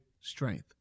strength